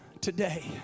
Today